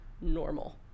normal